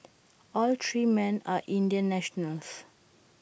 all three men are Indian nationals